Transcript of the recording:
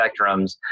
spectrums